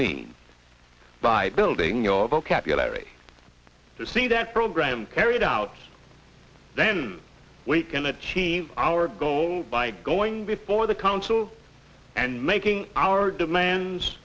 mean by building your vocabulary to see that program carried out then we can achieve our goal by going before the council and making our demands